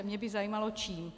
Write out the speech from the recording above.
Mě by zajímalo čím.